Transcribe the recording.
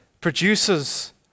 produces